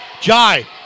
Jai